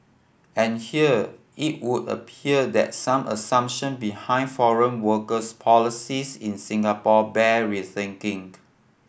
and here it would appear that some assumption behind foreign workers policies in Singapore bear rethinking